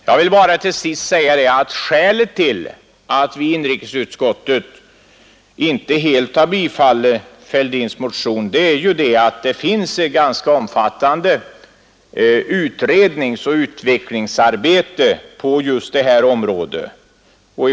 Jag vill till sist endast säga att skälet till att vi i inrikesutskottet inte helt har tillstyrkt herr Fälldins motion är att det pågår ett ganska omfattande utredningsoch utvecklingsarbete på just detta område.